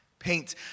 Paint